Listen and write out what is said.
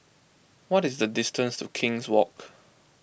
what is the distance to King's Walk